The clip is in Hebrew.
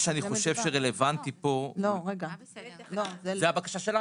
זאת הבקשה שלנו.